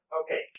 okay